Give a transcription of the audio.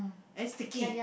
and sticky